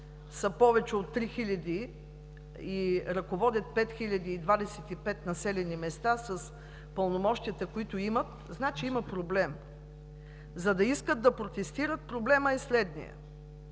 са повече от 3000 и ръководят 5025 населени места с пълномощията, които имат, значи има проблем. За да искат да протестират, проблемът е следният: